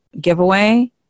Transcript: giveaway